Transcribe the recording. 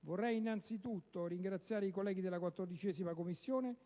Vorrei innanzitutto ringraziare i colleghi della 14a Commissione,